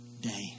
day